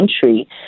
country